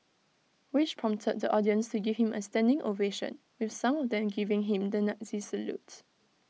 which prompted the audience to give him A standing ovation with some of them giving him the Nazi salute